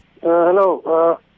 Hello